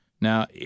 Now